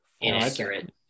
inaccurate